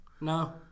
No